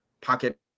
pocket